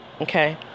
okay